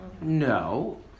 No